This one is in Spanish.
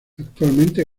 actualmente